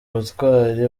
ubutwari